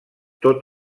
tot